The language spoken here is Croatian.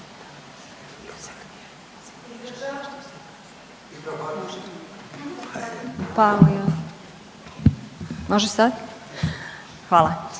Može sad? Hvala.